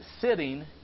sitting